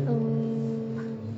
mm